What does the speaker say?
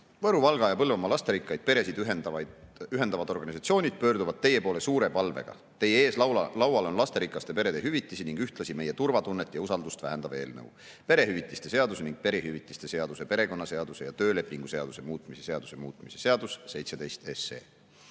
Valga‑ ja Põlvamaa lasterikkaid peresid ühendavad organisatsioonid pöörduvad teie poole suure palvega. Teie ees laual on lasterikaste perede hüvitisi ning ühtlasi meie turvatunnet ja usaldust vähendav eelnõu, perehüvitiste seaduse ning perehüvitiste seaduse, perekonnaseaduse ja töölepingu seaduse muutmise seaduse muutmise seadus, 17 SE.